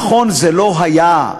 נכון, זה לא היה,